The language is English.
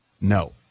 No